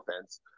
offense